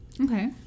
Okay